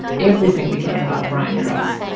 everything became about brian truss.